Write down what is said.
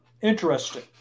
interesting